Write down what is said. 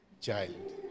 child